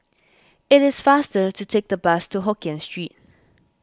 it is faster to take the bus to Hokkien Street